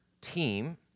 team